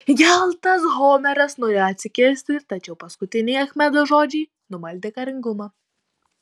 įgeltas homeras norėjo atsikirsti tačiau paskutiniai achmedo žodžiai numaldė karingumą